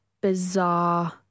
bizarre